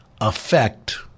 affect